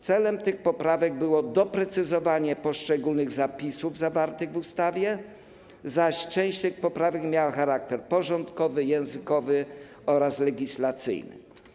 Celem tych poprawek było doprecyzowanie poszczególnych zapisów zawartych w ustawie, zaś część tych poprawek miała charakter porządkowy, językowy oraz legislacyjny.